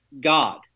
God